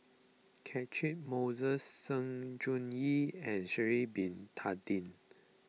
Catchick Moses Sng Choon Yee and Sha'ari Bin Tadin